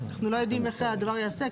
אנחנו לא יודעים איך הדבר ייעשה.